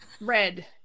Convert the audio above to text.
red